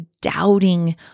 doubting